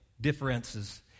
differences